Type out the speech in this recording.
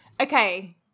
Okay